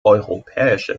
europäische